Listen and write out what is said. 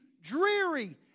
dreary